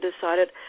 decided